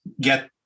get